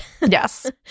yes